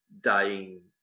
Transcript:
dying